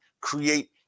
create